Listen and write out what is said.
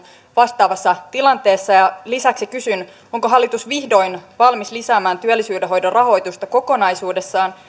vastaavassa tilanteessa lisäksi kysyn onko hallitus vihdoin valmis lisäämään työllisyyden hoidon rahoitusta kokonaisuudessaan